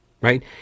Right